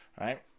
Right